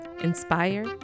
inspire